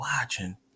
watching